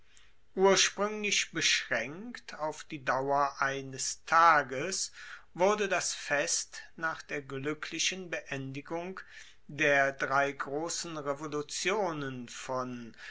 urspruenglich beschraenkt auf die dauer eines tages wurde das fest nach der gluecklichen beendigung der drei grossen revolutionen von